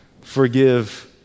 forgive